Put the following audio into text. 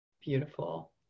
Beautiful